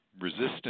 resistance